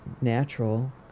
natural